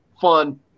fun